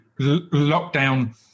lockdown